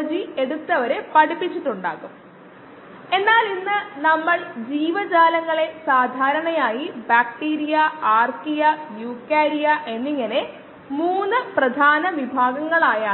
സമയം എന്നത് ഈ താഴെ പറയുന്നതാണ്